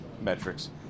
metrics